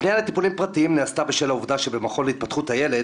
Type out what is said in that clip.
הפנייה לטיפולים פרטיים נעשתה בשל העובדה שבמכון להתפתחות הילד